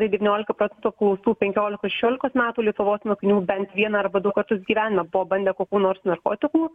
tai devyniolika procentų apklaustų penkiolikos šešiolikos metų lietuvos mokinių bent vieną arba du kartus gyvenime buvo bandę kokių nors narkotikų